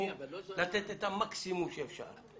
ותסכימו לתת את המקסימום שאפשר.